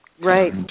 right